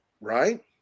right